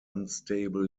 unstable